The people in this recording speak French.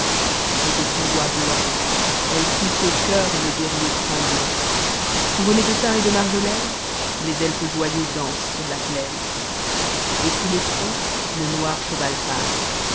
et de son doigt mane elle tonche ait e bmf guerrier tremblant couronnés de thym et de marjolaine les elfes joyeux dansent sar la plaine et sous l'éperon le noir